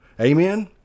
Amen